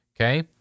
Okay